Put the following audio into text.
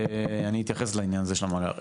אני אתייחס לעניין הזה של המאגר.